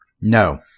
No